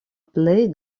plej